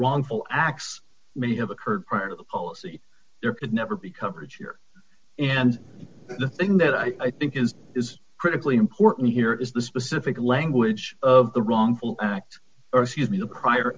wrongful acts may have occurred prior to the policy there could never be coverage here and the thing that i think is is critically important here is the specific language of the wrongful act or excuse me the pri